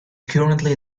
currently